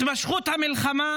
התמשכות המלחמה